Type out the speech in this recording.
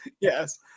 yes